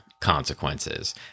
consequences